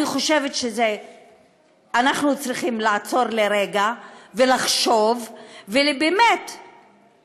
אני חושבת שאנחנו צריכים לעצור לרגע ולחשוב ולהחליט